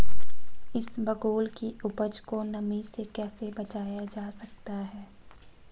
इसबगोल की उपज को नमी से कैसे बचाया जा सकता है?